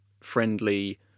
friendly